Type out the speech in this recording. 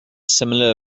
similar